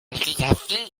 vie